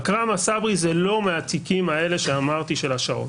עכרמה סברי זה לא מהתיקים האלה שאמרתי של השערות.